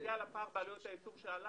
בנוגע לפער בעלויות הייצור שעלה